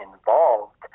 involved